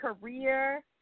career